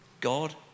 God